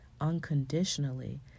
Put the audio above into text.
unconditionally